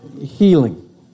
healing